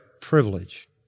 privilege